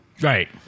Right